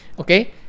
Okay